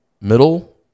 middle